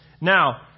Now